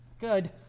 Good